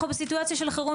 אנחנו בסיטואציה של חירום.